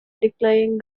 declining